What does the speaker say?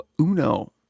uno